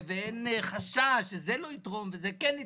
ואין חשש שזה כן יתרום וזה לא יתרום,